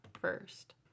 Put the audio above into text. first